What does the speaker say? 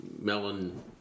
melon